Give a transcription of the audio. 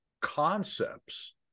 concepts